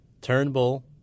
Turnbull